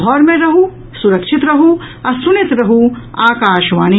घर मे रहू सुरक्षित रहू आ सुनैत रहू आकाशवाणी